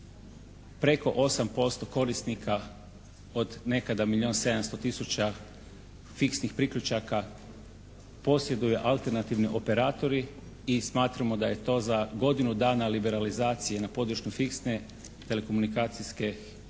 preko 8% korisnika od nekada milijun 700 tisuća fiksnih priključaka posjeduju alternativni operatori i smatramo da je to za godinu dana liberalizacije na području fiksne telekomunikacijske, fiksnih